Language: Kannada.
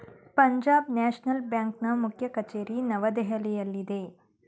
ಪಂಜಾಬ್ ನ್ಯಾಷನಲ್ ಬ್ಯಾಂಕ್ನ ಮುಖ್ಯ ಕಚೇರಿ ನವದೆಹಲಿಯಲ್ಲಿದೆ